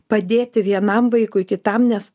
padėti vienam vaikui kitam nes